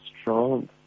strong